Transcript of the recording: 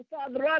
Father